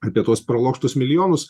apie tuos praloštus milijonus